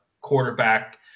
quarterback